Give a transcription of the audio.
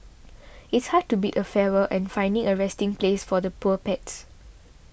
it's hard to bid a farewell and find a resting place for the poor pets